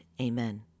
Amen